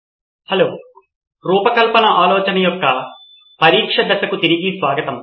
professor Bala hello మరియు రూపకల్పన ఆలోచన యొక్క పరీక్ష దశకు తిరిగి స్వాగతం